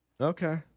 Okay